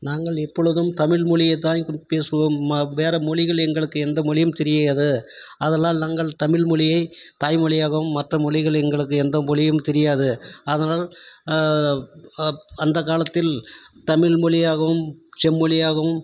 நாங்கள் எப்பொழுதும் தமிழ் மொழியை தாய் பேசுவோம் ம வேற மொழிகள் எங்களுக்கு எந்த மொழியும் தெரியாது ஆதலால் நாங்கள் தமிழ் மொழியை தாய்மொழியாகவும் மற்ற மொழிகள் எங்களுக்கு எந்த மொழியும் தெரியாது ஆதலால் அந்த காலத்தில் தமிழ் மொழியாகவும் செம்மொழியாகவும்